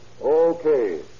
Okay